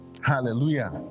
hallelujah